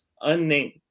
unnamed